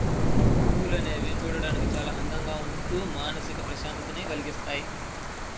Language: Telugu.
పువ్వులు అనేవి చూడడానికి చాలా అందంగా ఉంటూ మానసిక ప్రశాంతతని కల్గిస్తాయి